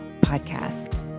podcast